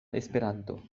esperanto